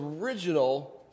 original